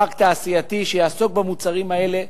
פארק תעשייתי שיעסוק במוצרים האלה,